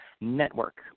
Network